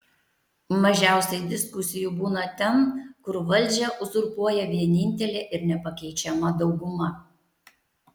mažiausiai diskusijų būna ten kur valdžią uzurpuoja vienintelė ir nepakeičiama dauguma